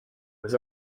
was